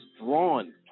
drawn